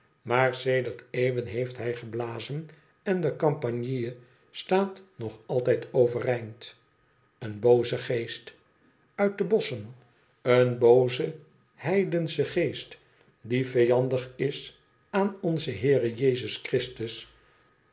maar sedert eeuwen heeft hij geblazen en de campanile staat nog altijd overeind een booze geest uit de bosschen een booze heidensche geest die vijandig is aan onze heere jezus christus